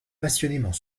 passionnément